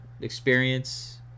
experience